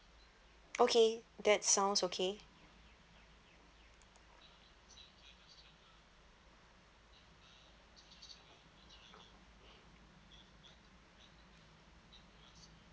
okay that sounds okay